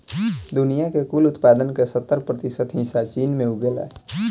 दुनिया के कुल उत्पादन के सत्तर प्रतिशत हिस्सा चीन में उगेला